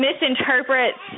misinterprets